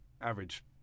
average